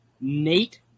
Nate